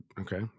Okay